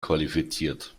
qualifiziert